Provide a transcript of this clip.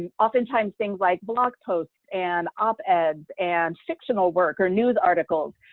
and oftentimes, things like blog posts and op-eds and fictional work or news articles,